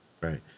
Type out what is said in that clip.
Right